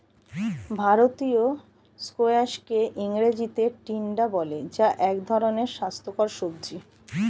ভারতীয় স্কোয়াশকে ইংরেজিতে টিন্ডা বলে যা এক স্বাস্থ্যকর সবজি